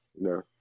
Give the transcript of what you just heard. No